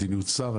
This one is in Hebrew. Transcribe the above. מדיניות שר,